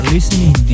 listening